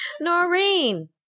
Noreen